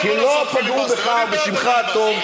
לא פגעו בך, בשמך הטוב.